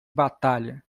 batalha